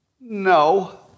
No